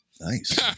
nice